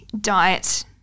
diet –